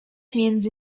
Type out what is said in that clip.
między